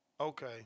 Okay